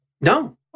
No